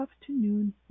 afternoon